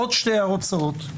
עוד שתי הערות קצרות.